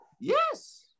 Yes